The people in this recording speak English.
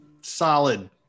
solid